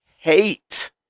hate